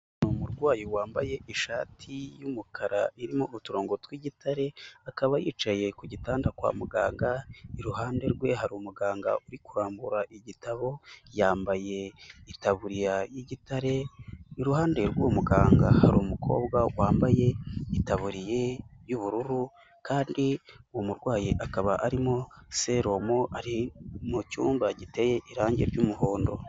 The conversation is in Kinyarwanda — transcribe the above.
Umurwayi wambaye ishati y'umukara irimo uturongo tw'igitare. Akaba yicaye ku gitanda kwa muganga. Iruhande rwe hari umuganga uri kurambura igitabo. Yambaye itaburiya y'igitare. Iruhande rwuwo muganga, hari umukobwa wambaye itaburiya y'ubururu kandi uwo murwayi akaba arimo selomo, ari mu cyumba giteye irangi ry'umuhondo.